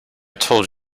told